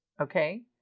Okay